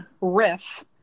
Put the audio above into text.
riff